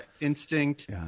instinct